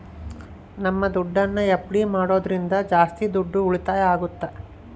ನಮ್ ದುಡ್ಡನ್ನ ಎಫ್.ಡಿ ಮಾಡೋದ್ರಿಂದ ಜಾಸ್ತಿ ದುಡ್ಡು ಉಳಿತಾಯ ಆಗುತ್ತ